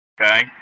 Okay